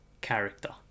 character